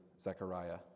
Zechariah